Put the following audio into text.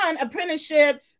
apprenticeship